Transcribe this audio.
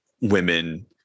women